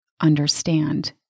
understand